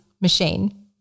machine